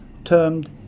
termed